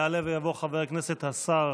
יעלה ויבוא חבר הכנסת השר